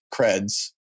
creds